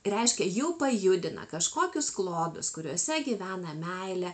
reiškia jau pajudina kažkokius klodus kuriuose gyvena meile